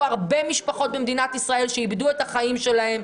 הרבה משפחות במדינת ישראל שאיבדו את החיים שלהם,